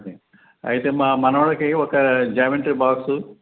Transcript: అయితే మా మనవడికి ఒక జ్యామెట్రీ బాక్స్